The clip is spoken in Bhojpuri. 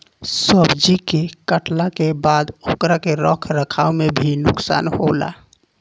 सब्जी के काटला के बाद ओकरा के रख रखाव में भी नुकसान होला